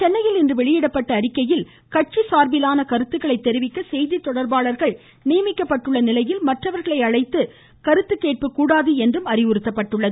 சென்னையில் இன்று வெளியிடப்பட்ட அறிக்கையில் கட்சி சார்பிலான கருத்துக்களை தெரிவிக்க செய்தி தொடர்பாளர்கள் நியமிக்கப்பட்டுள்ள நிலையில் மற்றவர்களை அழைத்து கருத்து கேட்பு கூடாது என்றும் அறிவுறுத்தப்பட்டுள்ளது